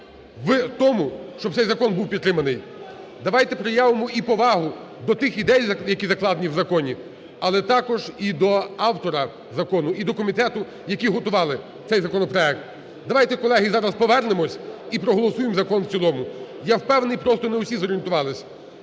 в тому, щоб цей закон був підтриманий. Давайте проявимо і повагу до тих ідей, які закладені в законі, але також і до автора закону, і до комітету, які готували цей законопроект. Давайте, колеги, зараз повернемося і проголосуємо закон в цілому. Я впевнений, просто не усі зорієнтувалися.